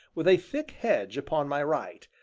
with a thick hedge upon my right,